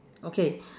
okay